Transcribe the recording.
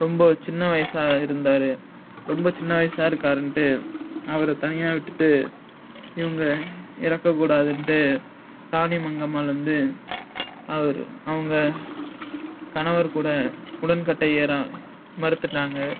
ரொம்ப சின்ன வயசாக இருந்தார் ரொம்ப சின்ன வயசாக இருக்காருனுட்டு அவரை தனியாக விட்டுட்டு இவங்க இறக்க கூடாதுனுட்டு ராணிமங்கம்மாள் வந்து அவர் அவங்க கணவர் கூட உடன்கட்டை ஏற மறுத்துவிட்டாங்க